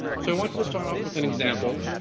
so i wanted to start off with an example.